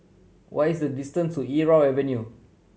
what is the distance to Irau Avenue